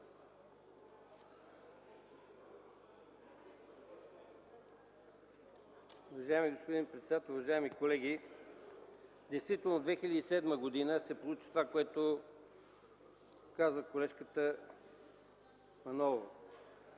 Уважаеми господин председател, уважаеми колеги! Действително през 2007 г. се получи това, за което каза колежката Манолова.